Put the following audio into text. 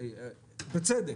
בצדק.